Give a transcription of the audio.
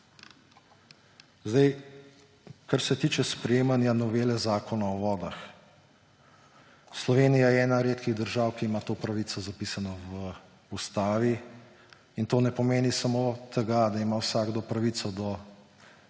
Kar se tiče sprejemanja novele Zakona o vodah. Slovenija je ena redkih držav, ki ima to pravico zapisano v Ustavi. In to ne pomeni samo tega, da ima vsakdo pravico do